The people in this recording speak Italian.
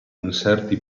inserti